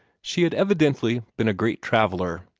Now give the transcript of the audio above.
she had evidently been a great traveller,